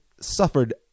suffered